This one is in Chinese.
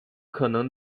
可能